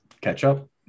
ketchup